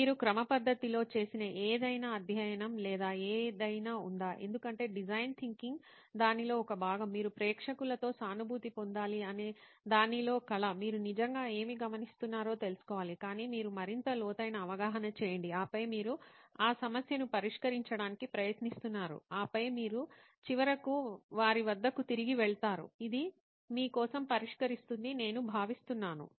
మీరు క్రమపద్ధతిలో చేసిన ఏదైనా అధ్యయనం లేదా ఏదైనా ఉందా ఎందుకంటే డిజైన్ థింకింగ్ దానిలో ఒక భాగం మీరు ప్రేక్షకులతో సానుభూతి పొందాలి అనే దానిలో కళ మీరు నిజంగా ఏమి గమనిస్తున్నారో తెలుసుకోవాలి కానీ మీరు మరింత లోతైన అవగాహన చేయండి ఆపై మీరు ఆ సమస్యను పరిష్కరించడానికి ప్రయత్నిస్తున్నారు ఆపై మీరు చివరకు వారి వద్దకు తిరిగి వెళుతున్నారు ఇది మీ కోసం పరిష్కరిస్తుందని నేను భావిస్తున్నాను